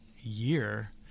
year